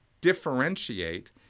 differentiate